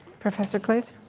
professor glaser.